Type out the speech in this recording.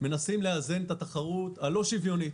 אנחנו מנסים לאזן את התחרות הלא שוויונית